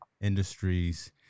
industries